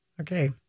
okay